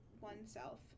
oneself